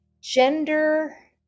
gender